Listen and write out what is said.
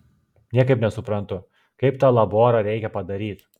niekaip nesuprantu kaip tą laborą reikia padaryt